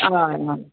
हय हय